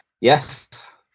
Yes